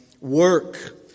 work